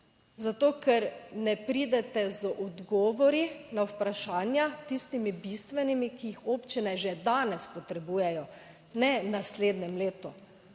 Zato, ker ne pridete z odgovori na vprašanja, tistimi bistvenimi, ki jih občine že danes potrebujejo, ne v naslednjem letu.